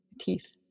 teeth